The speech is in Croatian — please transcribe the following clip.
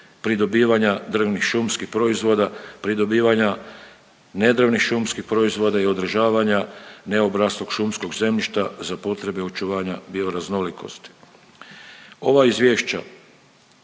pridobivanja drvnih šumskih proizvoda, pridobivanja nedrvnih šumskih proizvoda i održavanja neobraslog šumskog zemljišta za potrebe očuvanja bioraznolikosti. Ova izvješća